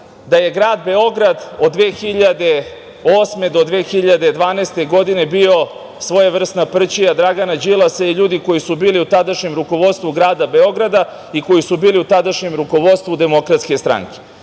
da je grad Beograd od 2008. do 2012. godine bio svojevrsna prćija Dragana Đilasa i ljudi koji su bili u tadašnjem rukovodstvu grada Beograda i koji su bili u tadašnjem rukovodstvu Demokratske stranke.